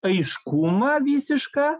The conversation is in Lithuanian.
aiškumą visišką